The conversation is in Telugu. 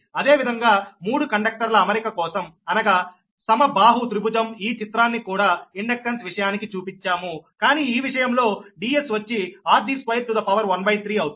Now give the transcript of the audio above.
అదేవిధంగా మూడు కండక్టర్ల అమరిక కోసం అనగా సమబాహు త్రిభుజం ఈ చిత్రాన్ని కూడా ఇండక్టెన్స్ విషయానికి చూపించాము కానీ ఈ విషయంలో Ds వచ్చి 13 అవుతుంది